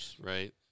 right